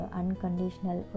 unconditional